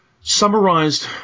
summarized